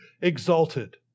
exalted